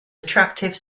attractive